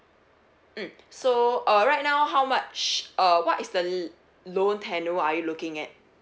mm so uh right now how much uh what is the loan tenure are you looking at